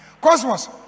Cosmos